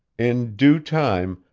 in due time,